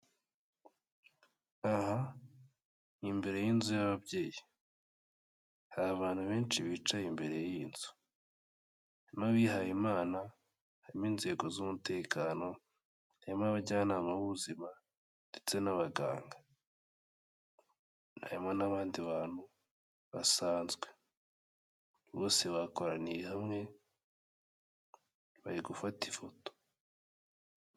Aha ni imbere y'inzu y'ababyeyi. Hari abantu benshi bicaye imbere y'iyi nzu. Harimo abihayimana, harimo inzego z'umutekano, harimo abajyanama b'ubuzima ndetse n'abaganga. Harimo n'abandi bantu basanzwe, bose bakoraniye hamwe bari gufata ifoto.